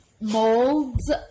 molds